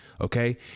okay